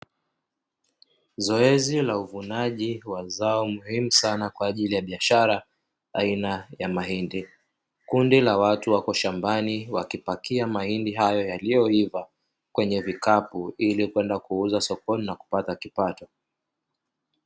Zoezi la uvunaji wa zao muhimu sana kwa ajili ya biashara aina ya mahindi. Kundi la watu wako shambani wakipakia mahindi hayo yaliyoiva kwenye vikapu, ili kwenda kuuza sokoni na kupata kipato.